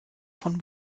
von